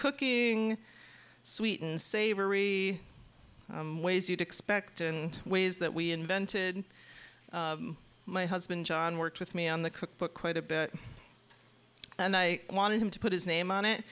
cooking sweet and savory ways you'd expect in ways that we invented my husband john worked with me on the cookbook quite a bit and i wanted him to put his name on it